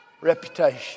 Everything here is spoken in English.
reputation